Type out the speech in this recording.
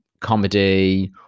comedy